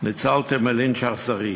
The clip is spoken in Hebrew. ניצלנו מלינץ' אכזרי.